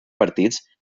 partits